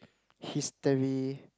history